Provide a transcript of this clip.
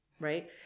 right